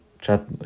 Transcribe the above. chat